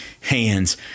hands